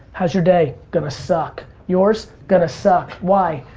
how's your day? gonna suck. yours? gonna suck. why?